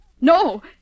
No